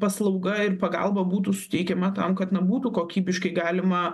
paslauga ir pagalba būtų suteikiama tam kad na būtų kokybiškai galima